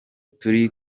turi